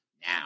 now